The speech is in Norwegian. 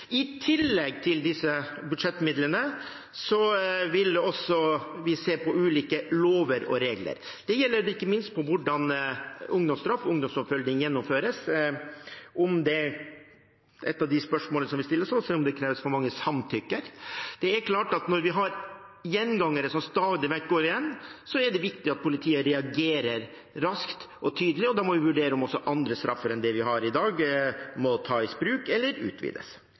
I tillegg til disse budsjettmidlene vil vi også se på ulike lover og regler. Det gjelder ikke minst hvordan ungdomsstraff og ungdomsoppfølging gjennomføres. Et av de spørsmålene vi stiller, er om det kreves for mange samtykker. Det er klart at når vi stadig vekk har gjengangere, er det viktig at politiet reagerer raskt og tydelig. Da må vi vurdere om også andre straffer enn dem vi har i dag, må tas i bruk eller utvides.